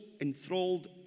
enthralled